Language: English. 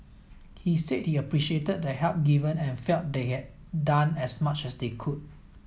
he said he appreciated the help given and felt they had done as much as they could